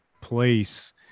place